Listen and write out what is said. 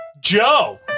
Joe